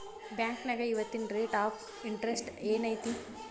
ಬಾಂಕ್ನ್ಯಾಗ ಇವತ್ತಿನ rate of interest ಏನ್ ಐತಿ